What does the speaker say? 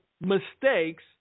mistakes